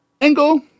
Angle